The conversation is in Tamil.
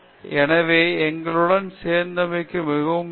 எனவே எங்களுடன் சேர்ந்தமைக்கு மிகவும் நன்றி